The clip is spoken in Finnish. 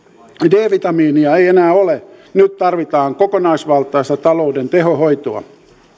d vitamiinia ei ei enää ole nyt tarvitaan kokonaisvaltaista talouden tehohoitoa